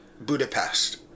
Budapest